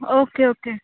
okay okay